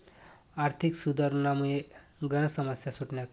आर्थिक सुधारसनामुये गनच समस्या सुटण्यात